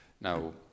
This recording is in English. now